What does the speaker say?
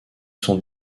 sont